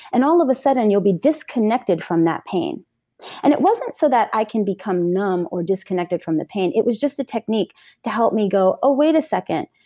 and all of a sudden, you'll be disconnected from that pain and it wasn't so that i can become numb or disconnected from the pain. it was just a technique to help me go, oh, ah wait a second,